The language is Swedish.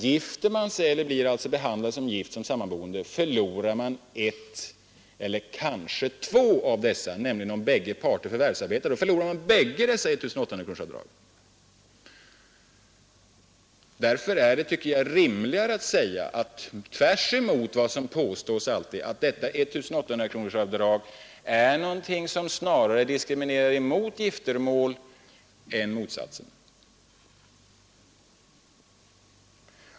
Gifter de sig eller blir behandlade som gifta förlorar de ett av dessa — eller kanske båda, nämligen om bägge parter förvärvsarbetar. Därför tycker jag att det är rimligare att säga att tvärtemot vad som alltid påstås är detta 1 800 kronorsavdrag någonting som snarare diskriminerar giftermål än motsatsen.